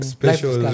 special